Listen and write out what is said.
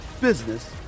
business